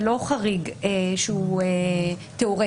זה לא חריג שהוא תיאורטי.